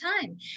time